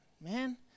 man